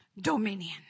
Dominion